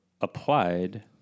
applied